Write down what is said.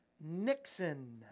Nixon